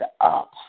up